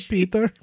Peter